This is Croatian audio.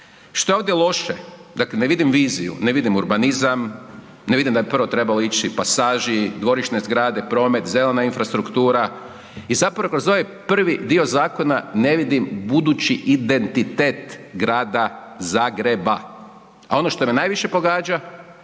Što je ovdje loše? Dakle, ne vidim viziju, ne vidim urbanizam, ne vidim da je prvo trebalo ići pasaži, dvorišne zgrade, promet, zelena infrastruktura i zapravo, kroz ovaj prvi dio zakona ne vidim budući identitet grada Zagreba. A ono što me najviše pogađa